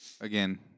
again